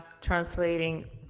translating